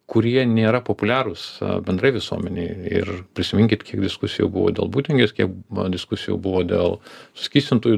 kurie nėra populiarūs bendrai visuomenėj ir prisiminkit kiek diskusijų buvo dėl būtingės kiek buvo diskusijų buvo dėl suskystintųjų